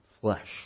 flesh